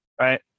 right